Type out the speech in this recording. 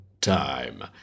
time